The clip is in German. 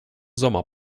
sommer